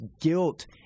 guilt